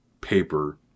paper